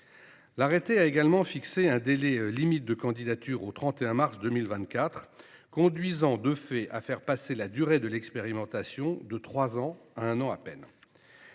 L’arrêté a également fixé un délai limite de candidature au 31 mars 2024, conduisant de fait à faire passer la durée de l’expérimentation de trois ans à un an à peine.